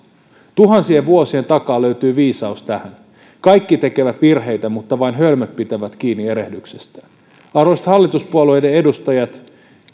tuhansien vuosien takaa löytyy viisaus tähän kaikki tekevät virheitä mutta vain hölmöt pitävät kiinni erehdyksestään arvoisat hallituspuolueiden edustajat